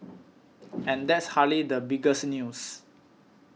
and that's hardly the biggest news